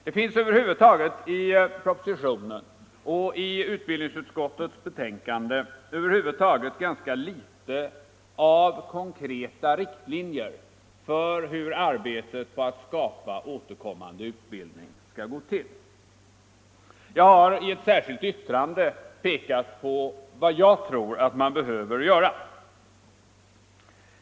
Det finns över huvud taget i propositionen och i utbildningsutskottets betänkande ganska litet av konkreta riktlinjer för hur arbetet på att skapa återkommande utbildning skall gå till. Jag har i ett särskilt yttrande pekat på vad jag tror att man behöver göra.